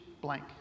blank